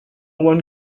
one